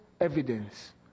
evidence